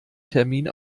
termin